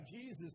Jesus